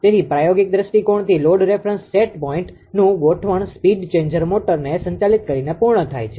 તેથી પ્રાયોગિક દૃષ્ટિકોણથી લોડ રેફરન્સ સેટ પોઇન્ટનું ગોઠવણ સ્પીડ ચેન્જર મોટરને સંચાલિત કરીને પૂર્ણ થાય છે